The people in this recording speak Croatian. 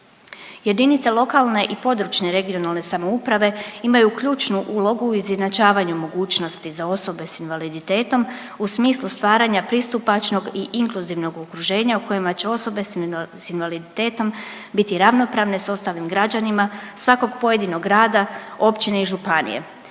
Jedinice lokalne i područne (regionalne) samouprave imaju ključnu ulogu u izjednačavanju mogućnosti za osobe s invaliditetom u smislu stvaranja pristupačnog i inkluzivnog okruženja u kojima će osobe s invaliditetom biti ravnopravne s ostalim građanima svakog pojedinog grad, općine i županije.